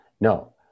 No